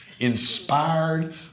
inspired